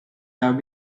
have